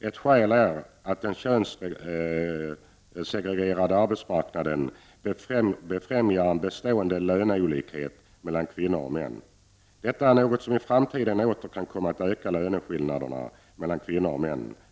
Ett skäl till detta är att den könssegregerade arbetsmarknaden befrämjar en bestående löneolikhet mellan kvinnor och män. Detta är något som i framtiden åter kan komma att öka löneskillnaderna.